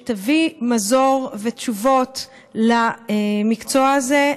שתביא מזור ותשובות למקצוע הזה.